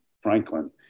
Franklin